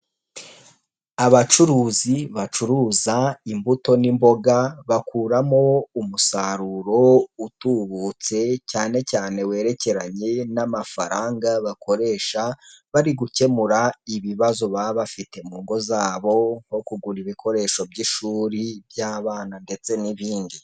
Abacuruzi bacuruza imbuto n'imboga, bakuramo umusaruro utubutse cyane cyane werekeranye n'amafaranga bakoresha bari gukemura ibibazo baba bafite mu ngo zabo, nko kugura ibikoresho by'ishuri, iby'abana ndetse n'ibindi.